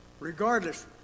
Regardless